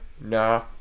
Nah